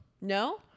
No